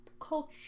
culture